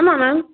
ஆமாம் மேம்